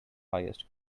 highest